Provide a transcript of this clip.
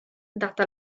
data